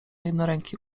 jednoręki